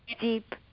deep